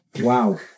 Wow